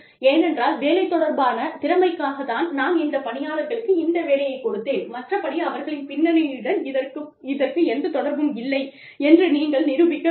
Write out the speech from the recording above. ஏனென்றால் வேலை தொடர்பான திறமைக்காகத் தான் நான் இந்த பணியாளர்களுக்கு இந்த வேலையை கொடுத்தேன் மற்ற படி அவர்களின் பின்னணியுடன் இதற்கு எந்த தொடர்பும் இல்லை என்று நீங்கள் நிரூபிக்க வேண்டும்